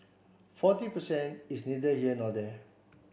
forty per cent is neither here nor there